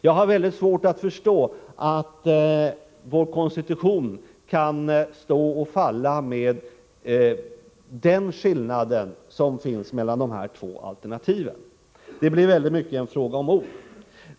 Jag har mycket svårt att inse att vår konstitution kan stå och falla med den skillnad som finns mellan dessa två alternativ. Det blir mycket en fråga om ord.